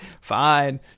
fine